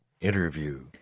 interview